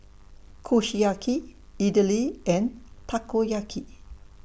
Kushiyaki Idili and Takoyaki